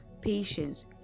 patience